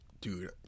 Dude